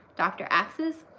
dr. axe's.